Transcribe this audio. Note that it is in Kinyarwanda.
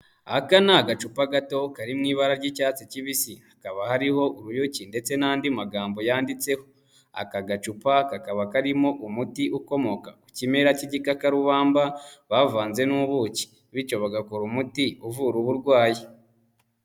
Aka ni agacupa gato kari mu ibara ry'icyatsi kibisi hakaba hariho uruyuki ndetse n'andi magambo yanditseho, aka gacupa kakaba karimo umuti ukomoka ku kimera k'igikakarubamba bavanze n'ubuki bityo bagakora umuti uvura uburwayi.